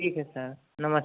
ठीक है सर नमस्ते